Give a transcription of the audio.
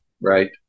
right